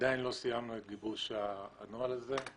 עדיין לא סיימנו את גיבוש הנוהל הזה.